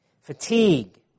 fatigue